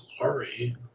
Glory